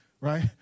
right